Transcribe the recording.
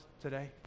today